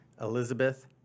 Elizabeth